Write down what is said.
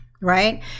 right